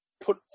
put